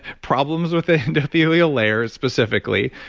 problems with the endothelial layers specifically,